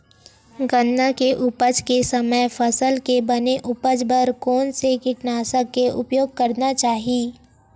गन्ना के उपज के समय फसल के बने उपज बर कोन से कीटनाशक के उपयोग करना चाहि?